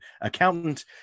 accountant